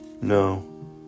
No